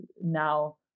now